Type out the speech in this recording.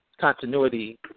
continuity